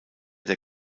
der